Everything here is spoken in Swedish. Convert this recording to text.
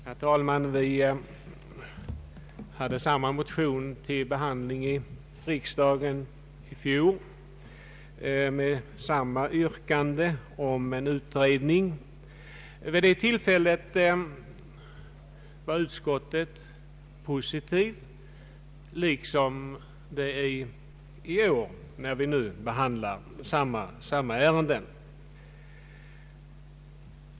Herr talman! Vi hade samma motion till behandling i riksdagen i fjol — med samma yrkande om föräldrautbildning. Utskottet var då positivt, liksom det också varit det i år vid behandlingen av detta ärende.